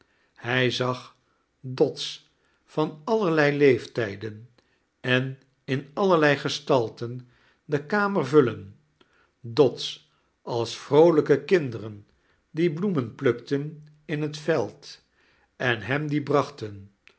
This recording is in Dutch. hij zag dote van allerlei leeftijden en in allerfei gestalten de kame vullen dots als vroolijke kinderen die bloemen plukten in het veld en hem die brachten